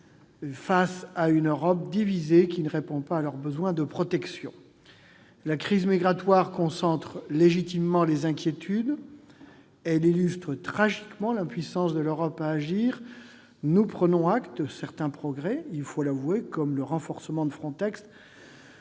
face à une Europe divisée, qui ne répond pas à leur besoin de protection. La crise migratoire concentre légitimement les inquiétudes. Elle illustre tragiquement l'impuissance de l'Europe à agir. Nous prenons acte de certains progrès- il faut le reconnaître -comme le renforcement de FRONTEX